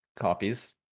copies